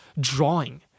drawing